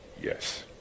Yes